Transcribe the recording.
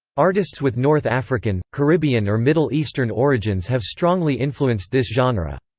artists with north african, caribbean or middle eastern origins have strongly influenced this genre.